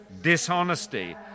dishonesty